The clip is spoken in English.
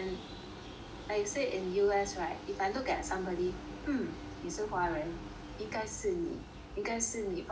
like you said in U_S right if I look at somebody hmm 你是华人应该是你应该是你把这个